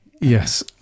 Yes